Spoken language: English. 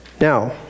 Now